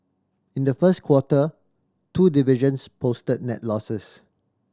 in the first quarter two divisions posted net losses